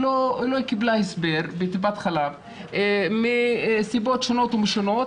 היא לא קיבלה הסבר בטיפת חלב מסיבות שונות ומשונות,